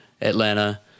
Atlanta